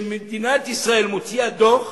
שמדינת ישראל מוציאה דוח